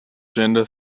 gender